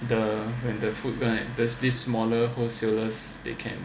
the when the food right there's this smaller wholesalers they can